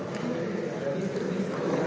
Hvala